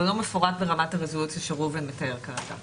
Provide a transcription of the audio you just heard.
אבל הוא לא מפורט ברמת הרזולוציה שראובן מתאר כרגע.